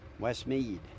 Westmead